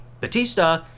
Batista